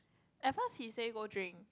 at first he say go drink